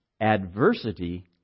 Adversity